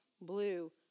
blue